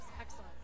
Excellent